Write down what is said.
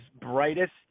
brightest